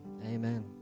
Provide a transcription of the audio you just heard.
amen